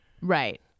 right